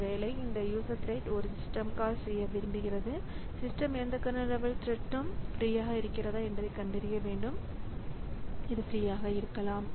ஒருவேளை இந்த user thread ஒரு சிஸ்டம் கால் செய்ய விரும்புகிறது சிஸ்டம் எந்த கர்னல் லெவல் த்ரெட்ம் ஃப்ரீயாக இருக்கிறதா என்பதை கண்டறிய வேண்டும் இது ஃப்ரீயாக இருக்கலாம்